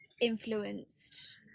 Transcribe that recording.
influenced